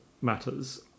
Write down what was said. matters